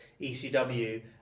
ECW